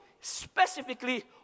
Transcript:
specifically